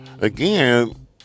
again